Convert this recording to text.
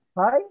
hi